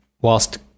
whilst